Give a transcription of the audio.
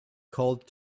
called